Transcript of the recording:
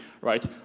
right